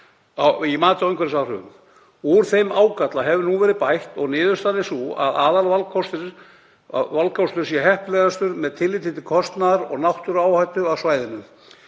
í mati á umhverfisáhrifum. Úr þeim ágalla hefur nú verið bætt og niðurstaðan er sú að aðalvalkostur sé heppilegastur með tilliti til kostnaðar og náttúruvárhættu á svæðinu.